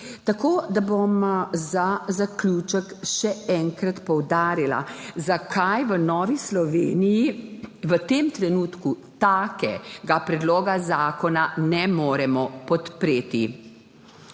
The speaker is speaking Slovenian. volja ljudi. Za zaključek bom še enkrat poudarila, zakaj v Novi Sloveniji v tem trenutku takega predloga zakona ne moremo podpreti.